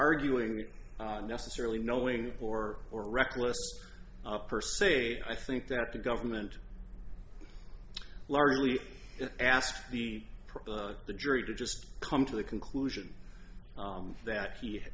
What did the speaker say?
arguing that necessarily knowing or or reckless per se i think that the government largely asked the the jury to just come to the conclusion that he